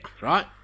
right